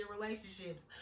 relationships